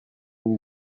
une